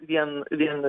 vien vien